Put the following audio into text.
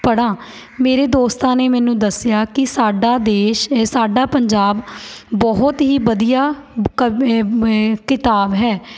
ਪੜ੍ਹਾਂ ਮੇਰੇ ਦੋਸਤਾਂ ਨੇ ਮੈਨੂੰ ਦੱਸਿਆ ਕਿ ਸਾਡਾ ਦੇਸ਼ ਏ ਸਾਡਾ ਪੰਜਾਬ ਬਹੁਤ ਹੀ ਵਧੀਆ ਏ ਏ ਕਿਤਾਬ ਹੈ